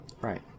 Right